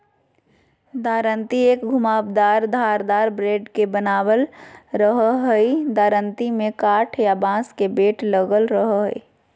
दरांती एक घुमावदार धारदार ब्लेड के बनल रहई हई दरांती में काठ या बांस के बेट लगल रह हई